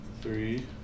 three